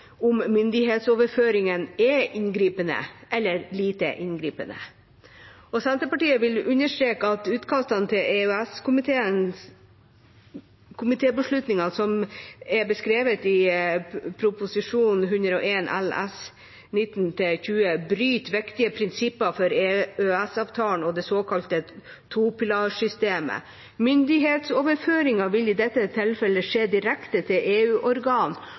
om myndighetsoverføringen er inngripende eller lite inngripende. Senterpartiet vil understreke at utkastene til EØS-komiteens beslutning, som er beskrevet i Prop. 101 LS for 2019–2020, bryter viktige prinsipper for EØS-avtalen og det såkalte topilarsystemet. Myndighetsoverføringen vil i dette tilfelle skje direkte til